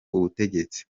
ubutegetsi